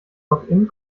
login